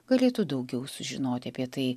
galėtų daugiau sužinoti apie tai